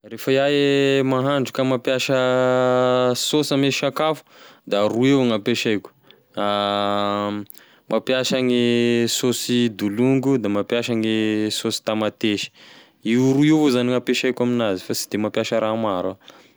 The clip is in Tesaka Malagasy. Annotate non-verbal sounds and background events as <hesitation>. Refa iaho e mahandro ka mampiasa saosy ame sakafo, da roy avao gn'ampiasaiko: <hesitation> mampiasa gne saosy dolo, ngo da mampiasa ah gne saosy tamatesy io roy io avao zany gn'ampiasaiko aminazy fa sy de mampiasa raha maro iaho.